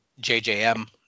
JJM